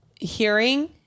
hearing